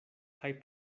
kaj